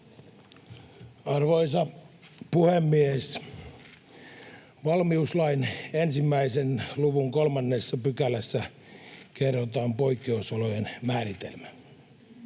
Arvoisa puhemies! Valmiuslain 1 luvun 3 §:ssä kerrotaan poikkeusolojen määritelmä.